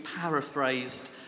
paraphrased